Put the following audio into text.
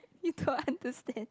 you don't understand